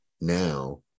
now